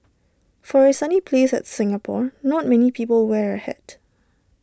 for A sunny place like Singapore not many people wear A hat